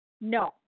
No